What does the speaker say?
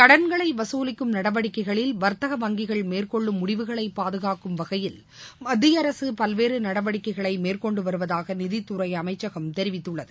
கடன்களை வசூலிக்கும் நடவடிக்கைகளில் வர்த்தக வங்கிகள் மேற்கொள்ளும் முடிவுகளை பாதுகாக்கும் வகையில் மத்திய அரசு பல்வேறு நடவடிக்கைகளை மேற்கொண்டு வருவதாக நிதித்துறை அமைச்சகம் தெரிவித்துள்ளது